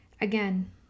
Again